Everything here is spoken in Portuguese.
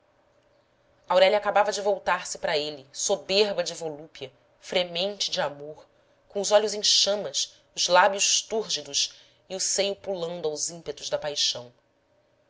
aurélia acabava de voltar-se para ele soberba de volúpia fremente de amor com os olhos em chamas os lábios túrgidos e o seio pulando aos ímpetos da paixão